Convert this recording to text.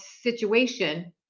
situation